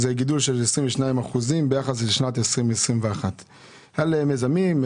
זה גידול של 22% ביחס לשנת 2021. על מיזמים,